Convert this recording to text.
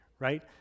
right